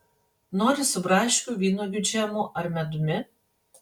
nori su braškių vynuogių džemu ar medumi